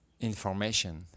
information